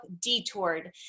Detoured